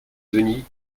denys